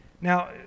Now